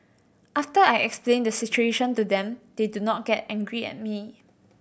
after I explain the situation to them they do not get angry at me